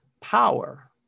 power